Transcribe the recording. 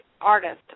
artist